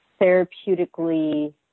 therapeutically